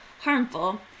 harmful